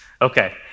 Okay